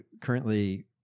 currently